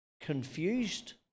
Confused